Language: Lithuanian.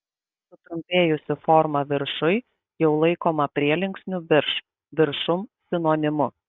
sutrumpėjusi forma viršuj jau laikoma prielinksnių virš viršum sinonimu